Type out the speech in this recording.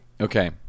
Okay